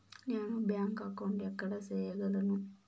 నేను bank account ఎక్కడ సేయగలను